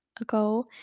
ago